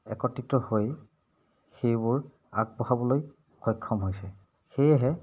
একত্ৰিত হৈ সেইবোৰ আগবঢ়াবলৈ সক্ষম হৈছে সেয়েহে